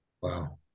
Wow